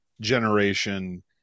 generation